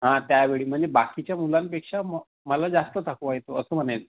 हां त्यावेळी म्हणजे बाकीच्या मुलांपेक्षा म मला जास्त थकवा येतो असं म्हणेन